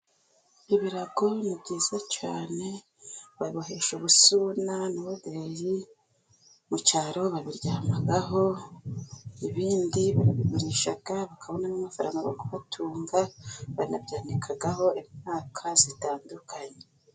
Ibirago ni byiza cyane. Babibohesha ubusuna, mu cyaro, babiryaho, ibindi babibarisha bakabona amafaranga yo kubatunga, banabyanikaho imyaka itandukanye.